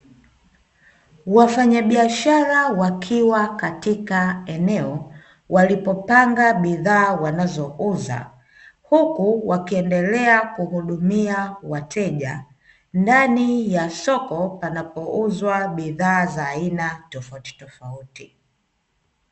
Wafanyabiashara wakiwa katika eneo, walipopanga bidhaa wanazouza, huku wakiendelea kuhudumia wateja ndani ya soko panapouzwa bidhaa za aina tofautitofauti.